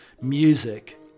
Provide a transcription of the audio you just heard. Music